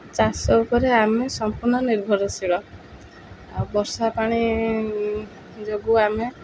ଚାଷ ଉପରେ ଆମେ ସମ୍ପୂର୍ଣ୍ଣ ନିର୍ଭରଶୀଳ ଆଉ ବର୍ଷା ପାଣି ଯୋଗୁଁ ଆମେ